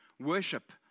worship